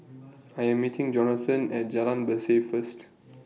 I Am meeting Johnathon At Jalan Berseh First